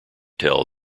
tell